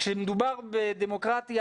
כשמדובר בדמוקרטיה,